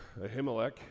Ahimelech